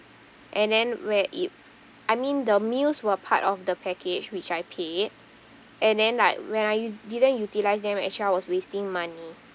and then where it I mean the meals were part of the package which I paid and then like when I didn't utilise them actually I was wasting money